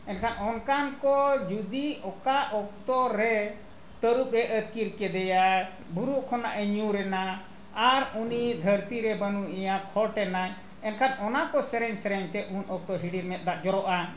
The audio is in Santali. ᱮᱱᱠᱷᱟᱱ ᱚᱱᱠᱟᱱ ᱠᱚ ᱡᱩᱫᱤ ᱚᱠᱟ ᱚᱠᱛᱚ ᱨᱮ ᱛᱟᱹᱨᱩᱵ ᱮ ᱟᱹᱛᱠᱤᱨ ᱠᱮᱫᱮᱭᱟ ᱵᱩᱨᱩ ᱠᱷᱚᱱᱟᱜ ᱮ ᱧᱩᱨᱮᱱᱟ ᱟᱨ ᱩᱱᱤ ᱫᱷᱟᱹᱨᱛᱤ ᱨᱮ ᱵᱟᱹᱱᱩᱜ ᱮᱭᱟ ᱠᱷᱚᱴ ᱮᱱᱟᱭ ᱮᱱᱠᱷᱟᱱ ᱚᱱᱟ ᱠᱚ ᱥᱮᱨᱮᱧ ᱥᱮᱨᱮᱧᱛᱮ ᱩᱱ ᱚᱠᱛᱚ ᱦᱤᱰᱤᱨ ᱢᱮᱫ ᱫᱟᱜ ᱡᱚᱨᱚᱜᱼᱟ